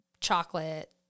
chocolate